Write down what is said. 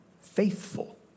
faithful